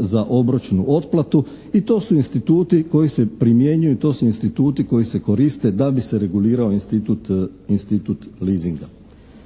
za obročnu otplatu i to su instituti koji se primjenjuju, to su instituti koji se koriste da bi se regulirao institut leasinga.